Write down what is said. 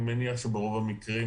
אני מניח שברוב המקרים,